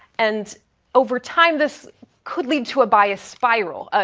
and over time, this could lead to a bias spiral. ah